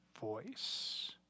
voice